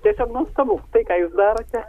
tiesiog nuostabu tai ką jūs darote